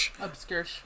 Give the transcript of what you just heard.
obscure